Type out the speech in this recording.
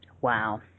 Wow